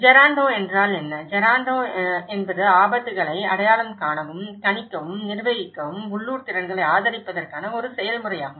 ஜெராண்டோ என்றால் என்ன ஜெராண்டோ என்பது ஆபத்துக்களை அடையாளம் காணவும் கணிக்கவும் நிர்வகிக்கவும் உள்ளூர் திறன்களை ஆதரிப்பதற்கான ஒரு செயல்முறையாகும்